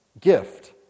gift